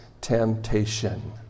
temptation